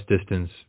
distance